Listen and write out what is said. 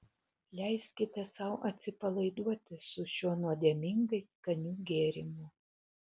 leiskite sau atsipalaiduoti su šiuo nuodėmingai skaniu gėrimu